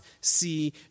see